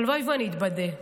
הלוואי שאני אתבדה,